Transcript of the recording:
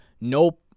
nope